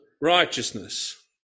righteousness